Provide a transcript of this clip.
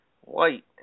white